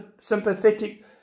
sympathetic